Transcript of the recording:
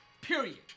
period